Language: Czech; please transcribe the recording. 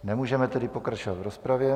Nemůžeme tedy pokračovat v rozpravě.